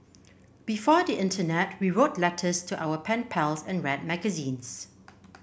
before the internet we wrote letters to our pen pals and read magazines